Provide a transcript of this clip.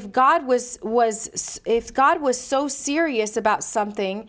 god was was if god was so serious about something